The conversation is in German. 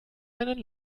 einen